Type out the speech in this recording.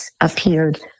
appeared